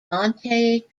monte